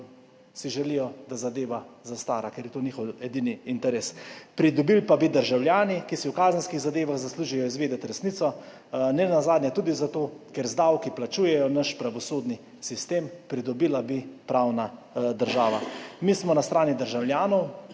si želijo, da zadeva zastara, ker je to njihov edini interes. Pridobili pa bi državljani, ki si v kazenskih zadevah zaslužijo izvedeti resnico, nenazadnje tudi zato, ker z davki plačujejo naš pravosodni sistem. Pridobila bi pravna država. Mi smo na strani državljanov